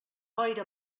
boira